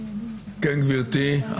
גברתי,